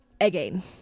again